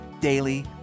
daily